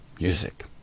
music